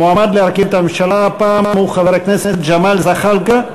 המועמד להרכיב את הממשלה הפעם הוא חבר הכנסת ג'מאל זחאלקה.